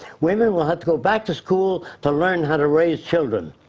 women will have to go back to school to learn how to raise children.